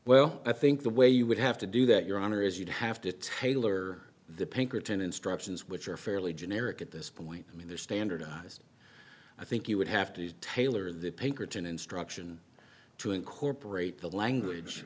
well i think the way you would have to do that your honor is you'd have to tailor the pinkerton instructions which are fairly generic at this point i mean they're standardized i think you would have to tailor the pinkerton instruction to incorporate the language